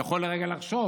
הוא יכול לרגע לחשוב